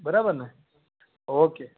બરાબરને ઓકે